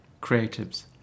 creatives